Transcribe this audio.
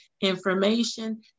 information